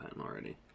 already